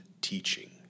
teaching